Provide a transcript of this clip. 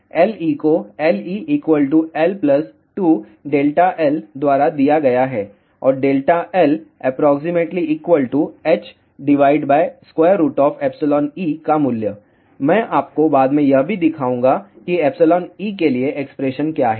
तो Le को LeL2∆Lद्वारा दिया गया है और ∆L≅he का मूल्य मैं आपको बाद में यह भी दिखाऊंगा कि eके लिए एक्सप्रेशन क्या है